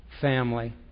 family